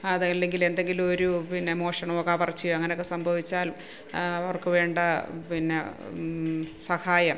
അത് അല്ലെങ്കില് എന്തെങ്കിലൊരു പിന്നെ മോഷണമോ കവർച്ചയോ അങ്ങനൊക്കെ സംഭവിച്ചാൽ അവർക്ക് വേണ്ട പിന്നെ സഹായം